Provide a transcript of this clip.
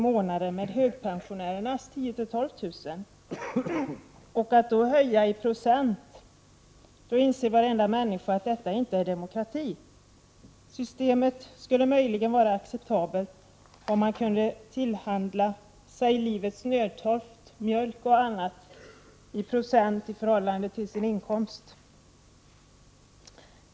i månaden med högpensionärernas 10 000 12 000! Lägger man därtill effekten av att höja inkomster och pensioner i procent, så inser varenda människa att detta inte är demokrati. Systemet skulle möjligen vara acceptabelt om man kunde tillhandla sig livets nödtorft — mjölk och annat — efter samma princip, i förhållande till sin inkomst.